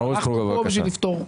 ראול סרוגו, בבקשה.